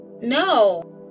No